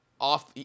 off